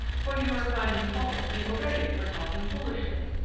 for you are finding fault with me already for talking foolishly!